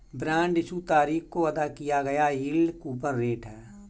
bond issue तारीख को अदा किया गया यील्ड कूपन रेट है